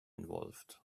involved